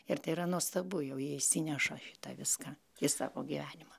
ir tai yra nuostabu jau jie išsineša tą viską į savo gyvenimą